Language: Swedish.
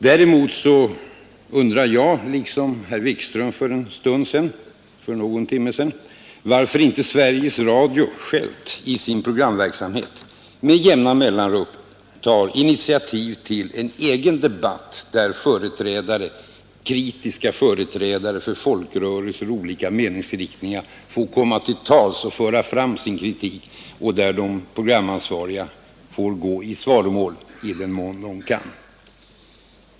Däremot undrar jag, liksom herr Wikström för någon timme sedan, varför inte Sveriges Radio i sin programverksamhet med jämna mellanrum tar initiativ till en egen debatt där kritiska företrädare för folkrörelser och olika meningsriktningar får komma till tals och föra fram sina synpunkter och där de programansvariga får gå i svaromål — i den mån de kan.